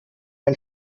ein